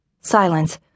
Silence